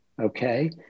Okay